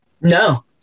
No